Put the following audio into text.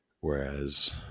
Whereas